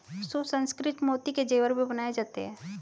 सुसंस्कृत मोती के जेवर भी बनाए जाते हैं